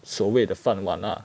所谓的饭碗 ah